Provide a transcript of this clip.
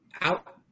Out